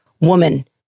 woman